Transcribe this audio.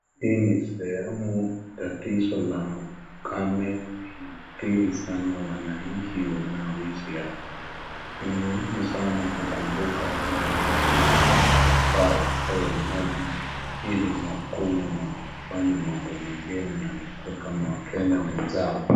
Hii ni sehemu tatizo la ukame lina adhiri sana wananchi wanaoishi hapa. Ni muhimu sana kukumbuka hawa watu wanafaa wapewe maji ili wakunywe na kufanya mambo mengine na wakuwe kama wakenya wenzao.